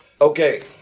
Okay